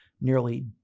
nearly